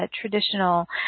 traditional